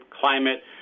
climate